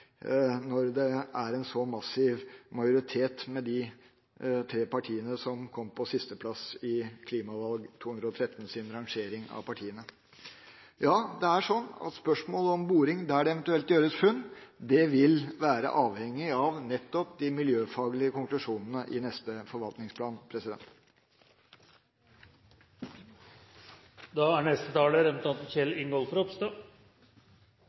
når det er en så massiv majoritet, med de tre partiene som kom på sisteplass i Klimavalg 2013s rangering av partiene. Det er faktisk sånn at spørsmålet om boring der det eventuelt gjøres funn, vil være avhengig av nettopp de miljøfaglige konklusjonene i neste forvaltningsplan. Jeg skulle gjerne delt begeistringen med Per Rune Henriksen og andre, som har tatt til orde for det. Det er